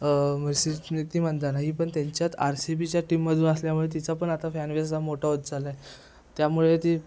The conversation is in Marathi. मिरसी स्मृती मंदाना ही पण त्यांच्यात आर सी बीच्या टीममधून असल्यामुळे तिचा पण आता फॅनबेजचा मोठा होत चालला आहे त्यामुळे ती